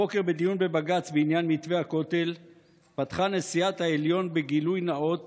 הבוקר בדיון בבג"ץ בעניין מתווה הכותל פתחה נשיאת העליון בגילוי נאות